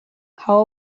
how